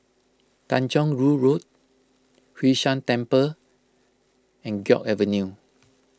Tanjong Rhu Road Hwee San Temple and Guok Avenue